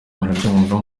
murabyumva